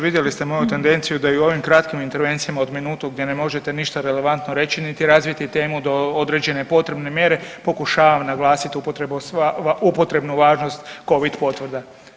Vidjeli ste moju tendenciju da i u ovom kratkim intervencijama od minutu gdje ne možete ništa relevantno reći niti razviti temu do određene potrebne mjere pokušavam naglasiti upotrebnu važnost covid potvrda.